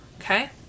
Okay